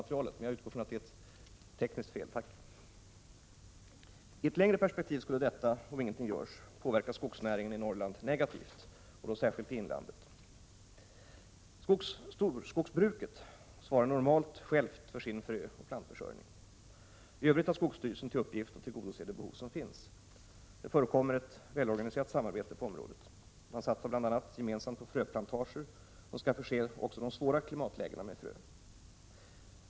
I ett längre perspektiv skulle detta, om ingenting görs, påverka skogsnäringen i Norrland negativt och då särskilt inlandet. Storskogsbruket svarar normalt självt för sin fröoch plantförsörjning. I Övrigt har skogsstyrelsen till uppgift att tillgodose det behov som finns. Det förekommer sedan många år ett välorganiserat samarbete på området. Bl. a. satsar man gemensamt på fröplantager som skall förse också de svåra klimatlägena med frö.